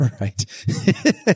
Right